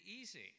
easy